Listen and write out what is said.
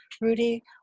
Rudy